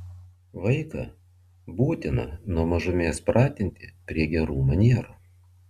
vaiką būtina nuo mažumės pratinti prie gerų manierų